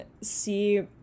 see